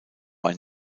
ein